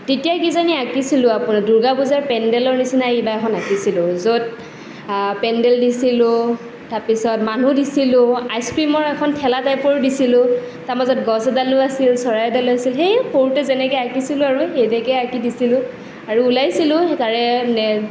তেতিয়াই কিজানি আঁকিছিলোঁ দূৰ্গা পূজাৰ পেণ্ডেল নিচিনা কিবা এখন আঁকিছিলোঁ য'ত পেণ্ডেল দিছিলোঁ তাৰ পিছত মানুহ দিছিলোঁ আইচক্ৰীমৰ এখন ঠেলা টাইপৰো দিছিলোঁ তাৰ মাজত গছ এডালো আছিল চৰাই আছিল সেই সৰুতে যেনেকে আঁকিছিলোঁ আৰু তেনেকেই আঁকি দিছিলোঁ আৰু ওলাইছিলোঁ সেইকাৰণে